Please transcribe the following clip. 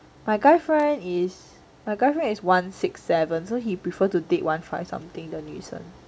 my guy friend is my guy friend is one six seven so he prefer to take one five something 的女生